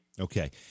Okay